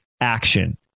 action